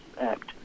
Act